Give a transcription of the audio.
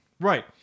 Right